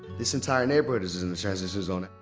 this entire neighborhood is is in the transition zone.